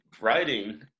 writing